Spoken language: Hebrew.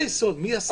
מי אסר?